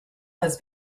has